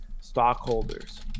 stockholders